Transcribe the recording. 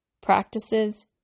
practices